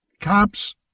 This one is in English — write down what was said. cops